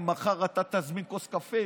אם מחר אתה תזמין כוס קפה,